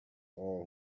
all